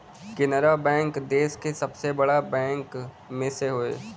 Canara bank देस का सबसे बड़ा बैंक में से हौ